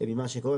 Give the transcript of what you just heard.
ממה שקורה.